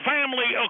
Family